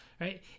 right